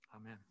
Amen